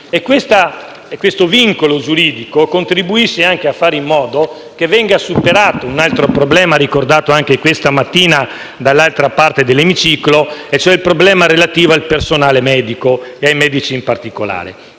Questo vincolo giuridico contribuisce anche a fare in modo che venga superato un altro problema ricordato ancora questa mattina dall'altra parte dell'Emiciclo, e cioè il problema relativo al personale medico e ai medici in particolare.